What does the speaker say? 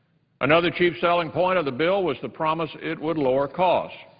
another chief selling point of the bill was the promise it would lower costs,